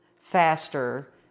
faster